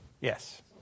Yes